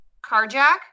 Carjack